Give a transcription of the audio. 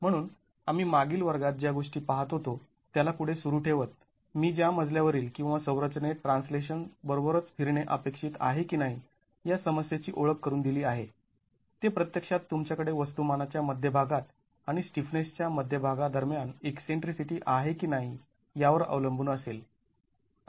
म्हणून आम्ही मागील वर्गात ज्या गोष्टी पाहत होतो त्याला पुढे सुरू ठेवत मी मजल्या वरील किंवा संरचनेत ट्रान्सलेशन्स् बरोबरच फिरणे अपेक्षित आहे की नाही या समस्येची ओळख करून दिली आहे ते प्रत्यक्षात तुमच्याकडे वस्तुमानाच्या मध्यभागात आणि स्टिफनेस च्या मध्यभागा दरम्यान ईकसेंट्रीसिटी आहे की नाही यावर अवलंबून असेल